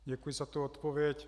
Děkuji za odpověď.